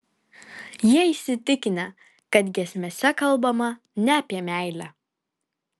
jie įsitikinę kad giesmėse kalbama ne apie meilę